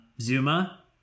Zuma